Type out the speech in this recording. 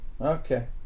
Okay